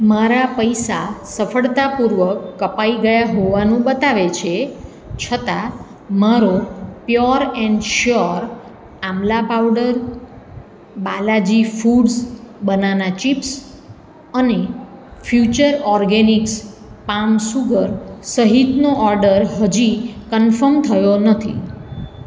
મારા પૈસા સફળતાપૂર્વક કપાઈ ગયા હોવાનું બતાવે છે છતાં મારો pure n sure amla powder Balaji foods banana chips અને ફ્યુચર ઓર્ગેનિક્સ પામ સુગર સહિતનો ઓર્ડર હજી કનફર્મ થયો નથી